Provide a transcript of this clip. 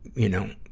you know,